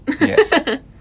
Yes